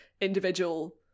individual